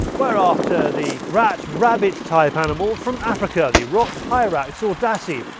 we are after the rat, rabbit type animal from africa. the rock hyrax or dassie.